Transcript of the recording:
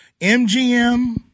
MGM